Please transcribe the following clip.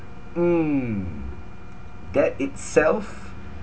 mm that itself